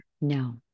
no